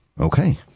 Okay